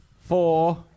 four